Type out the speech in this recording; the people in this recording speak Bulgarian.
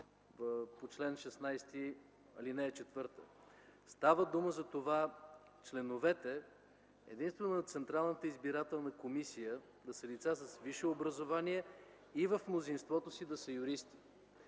по чл. 16, ал. 4. Става дума за това – единствено членовете на Централната избирателна комисия да са лица с висше образование и в мнозинството си да са юристи.